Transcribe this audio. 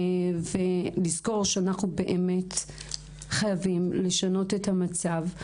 וצריך לזכור שאנחנו באמת חייבים לשנות את המצב.